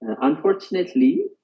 Unfortunately